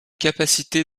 capacité